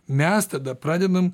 mes tada pradedam